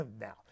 now